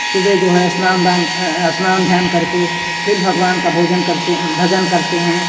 सुबह जो है स्नान ध्यान स्नान ध्यान करके फिर भगवान का भोजन करते भजन करते हैं